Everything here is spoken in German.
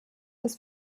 des